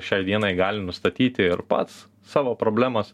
šiai dienai gali nustatyti ir pats savo problemas